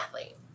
athlete